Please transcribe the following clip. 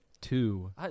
two